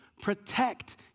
protect